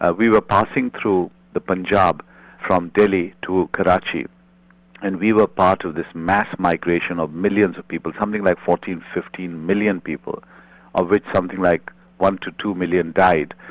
ah we were passing through the punjab from delhi to karachi and we were part of this mass migration of millions of people, something like fourteen million, fifteen million people of which something like one to two million died.